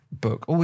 book